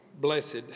Blessed